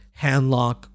Handlock